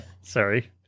Sorry